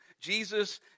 Jesus